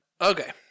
Okay